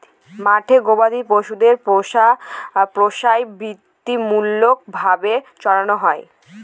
মাঠে গোবাদি পশুদের পর্যায়বৃত্তিমূলক ভাবে চড়ানো হয়